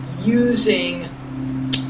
using